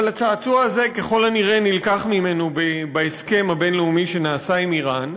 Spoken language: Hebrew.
אבל הצעצוע הזה ככל הנראה נלקח ממנו בהסכם הבין-לאומי שנעשה עם איראן,